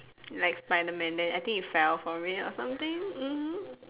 like Spiderman then I think it fell for it or something mmhmm